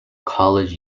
college